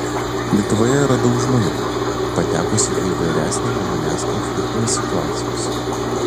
lietuvoje yra daug žmonių patekusių į įvairias nemalonias konfliktines situacijas